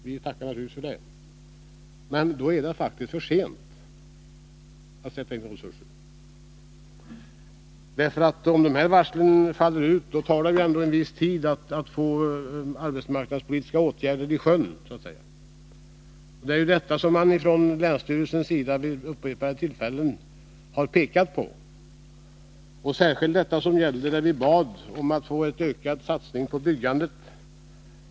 Vi tackar naturligtvis för det, men då är det faktiskt för sent, för om de här varslen utlöses, då tar det ändå en viss tid att få de arbetsmarknadspolitiska åtgärderna ”i sjön”, så att säga. Detta har från länsstyrelsens sida vid upprepade tillfällen framhållits. Så skedde särskilt när vi bad om en ökad satsning på byggandet.